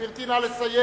גברתי, נא לסיים.